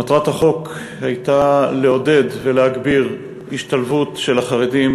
מטרת החוק הייתה לעודד ולהגביר השתלבות של החרדים